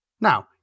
Now